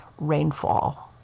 rainfall